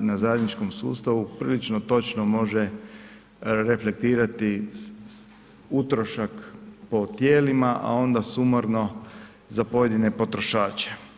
na zajedničkom sustavu, prilično točno može reflektirati utrošak po tijelima a onda sumarno za pojedine potrošače.